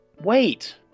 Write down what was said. wait